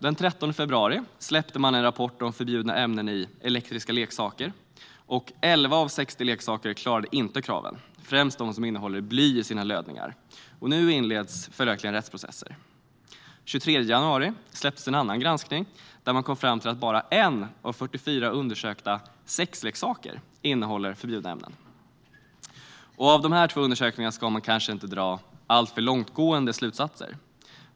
Den 13 februari släppte man till exempel en rapport om förbjudna ämnen i elektriska leksaker. Av 60 leksaker var det 11 som inte klarade kraven, främst de som innehåller bly i lödningar. Nu inleds följaktligen rättsprocesser. Den 23 januari släpptes en annan granskning, där man kom fram till att bara en av 44 undersökta sexleksaker innehåller förbjudna ämnen. Av dessa två undersökningar ska man kanske inte dra alltför långtgående slutsatser.